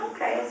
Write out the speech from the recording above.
Okay